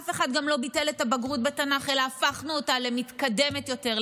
אף אחד גם לא ביטל את הבגרות בתנ"ך אלא הפכנו אותה למתקדמת יותר,